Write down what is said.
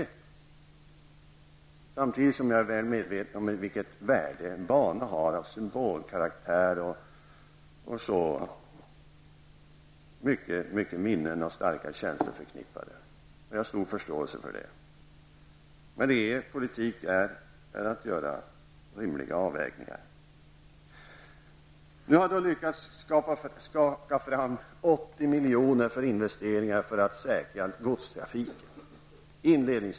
Jag är samtidigt medveten om det värde av symbolkaraktär som en bana har, att den är förknippad med många minnen och starka känslor. Jag har stor förståelse för detta, men politik innebär att man måste göra rimliga avvägningar. Nu har vi inledningsvis lyckats få fram 80 milj.kr. för investeringar för att säkra godstrafiken.